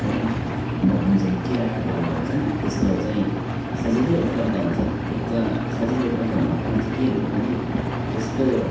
rent अब जुन चाहिँ किराया घरहरू हुन्छ पनि त्यस्तो चाहिँ सजिलै उपलब्ध हुन्छ एक त सजिलो उपलब्ध हुनुको कारण चाहिँ के भने पनि त्यस्तो